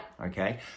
Okay